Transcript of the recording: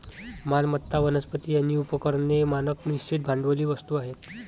मालमत्ता, वनस्पती आणि उपकरणे मानक निश्चित भांडवली वस्तू आहेत